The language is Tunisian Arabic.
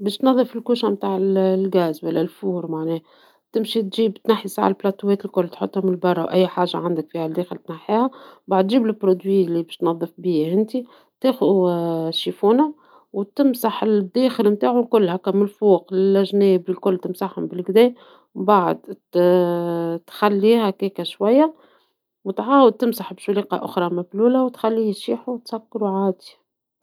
باش تنظف الفرن نتاع الغاز ولا الفور معناها ، تمشي تجيب تنحي ساعة البلاطوهات الكل تحطهم البرا وأي حاجة عندك الداخل تنحيها ، ومن بعد تجيب المنتوج لي باش تنظف بيه انتي ، تاخو شيفونة وتمسح الداخل نتاعو الكل من الفوق ، الأجناب، الكل تمسحهم بالقدا، وبعد تخليها هكاكا شوية وتعاود تمسح بقطعة مبلولة وتخليهم يشيحو وتسكروا عادي.